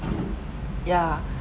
ya